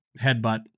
headbutt